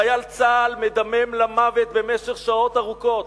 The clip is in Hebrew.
חייל צה"ל מדמם למוות במשך שעות ארוכות,